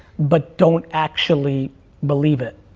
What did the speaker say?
but don't actually believe it.